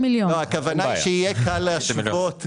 הכוונה היא שיהיה קל להשוות.